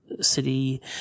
City